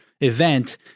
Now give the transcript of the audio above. event